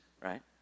right